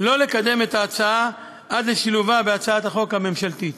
שלא לקדם את ההצעות עד לשילובן בהצעת החוק הממשלתית.